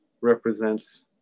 represents